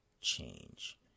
change